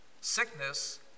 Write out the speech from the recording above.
sickness